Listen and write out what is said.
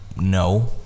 no